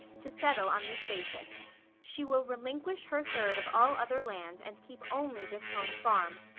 to settle on this basis she will relinquish her third of all other land, and keep only this home farm.